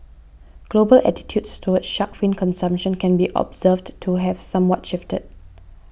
global attitudes towards shark fin consumption can be observed to have somewhat shifted